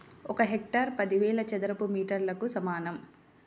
ఒక హెక్టారు పదివేల చదరపు మీటర్లకు సమానం